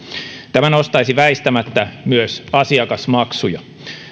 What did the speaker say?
tämä nostaisi väistämättä myös asiakasmaksuja